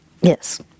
yes